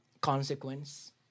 consequence